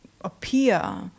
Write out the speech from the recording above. appear